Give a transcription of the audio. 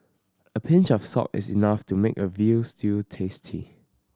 a pinch of salt is enough to make a veal stew tasty